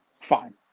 Fine